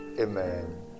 Amen